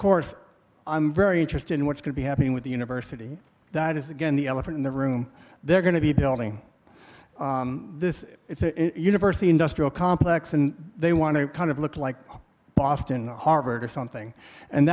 course i'm very interested in what could be happening with the university that is again the elephant in the room they're going to be building this university industrial complex and they want to kind of look like boston harvard or something and